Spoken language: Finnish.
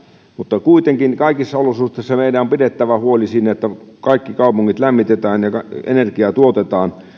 mutta kuitenkin kaikissa olosuhteissa meidän on pidettävä huoli siitä että kaikki kaupungit lämmitetään ja energiaa tuotetaan